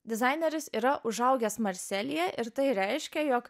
dizaineris yra užaugęs marselyje ir tai reiškia jog